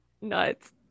nuts